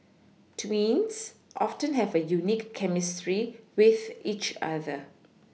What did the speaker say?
twins often have a unique chemistry with each other